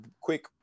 quick